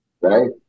right